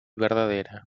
verdadera